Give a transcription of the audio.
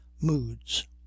moods